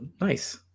nice